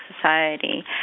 Society